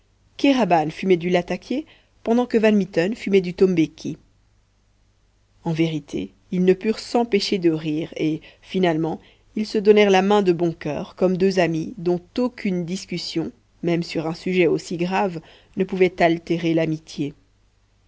kéraban fumait du latakié pendant que van mitten fumait du tombéki en vérité ils ne purent s'empêcher de rire et finalement ils se donnèrent la main de bon coeur comme deux amis dont aucune discussion même sur un sujet aussi grave ne pouvait altérer l'amitié